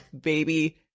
baby